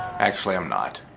actually i'm not.